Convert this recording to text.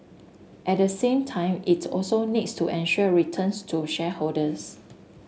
at the same time it also needs to ensure returns to shareholders